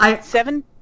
Seven